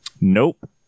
Nope